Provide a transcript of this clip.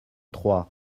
trois